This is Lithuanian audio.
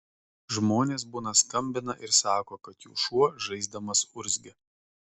žmonės būna skambina ir sako kad jų šuo žaisdamas urzgia